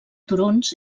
turons